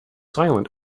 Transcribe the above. silent